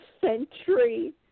Century